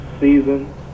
Season